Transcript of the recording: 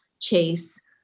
chase